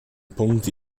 punkte